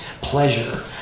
pleasure